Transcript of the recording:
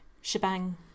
shebang